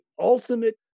ultimate